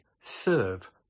serve